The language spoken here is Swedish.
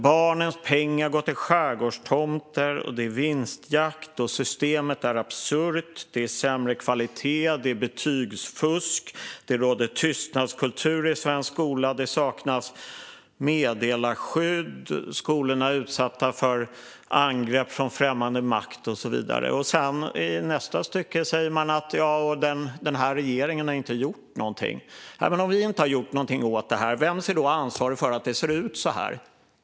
Barnens pengar går till skärgårdstomter, det är vinstjakt, systemet är absurt, det är sämre kvalitet, det är betygsfusk, det råder tystnadskultur i svensk skola, det saknas meddelarskydd, skolorna är utsatta för angrepp från främmande makt och så vidare. I nästa stycke säger man att den här regeringen inte har gjort någonting. Det sägs att vi inte har gjort någonting åt det, men vems är då ansvaret för att det ser ut så här?